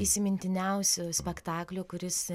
įsimintiniausių spektaklių kuris